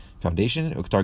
foundation